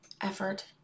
effort